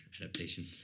adaptation